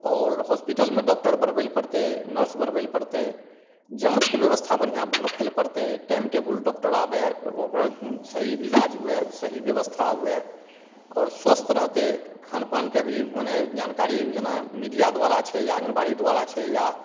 आओर हॉसपिटलमे डॉकटर बढ़बैलए पड़तै नर्स बढ़बैलए पड़तै जाँचके बेबस्था बढ़िआँ राखैलए पड़तै टाइम टेबुल डॉकटर आबै तऽ ओकर सही इलाज हुए सही बेबस्था हुए आओर स्वस्थ रहतै खानपानके भी मने जानकारी जेना मीडिआ द्वारा छै या आँगनबाड़ी द्वारा छै या